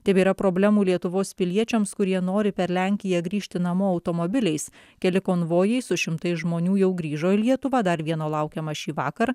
tebėra problemų lietuvos piliečiams kurie nori per lenkiją grįžti namo automobiliais keli konvojai su šimtais žmonių jau grįžo į lietuvą dar vieno laukiama šįvakar